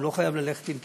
הוא לא חייב ללכת עם כיפה,